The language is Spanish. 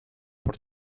por